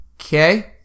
okay